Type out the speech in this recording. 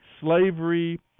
slavery